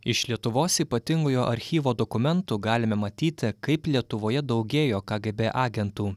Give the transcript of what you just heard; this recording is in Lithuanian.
iš lietuvos ypatingojo archyvo dokumentų galime matyti kaip lietuvoje daugėjo kgb agentų